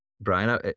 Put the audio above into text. Brian